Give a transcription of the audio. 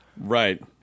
right